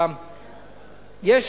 יש